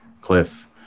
Cliff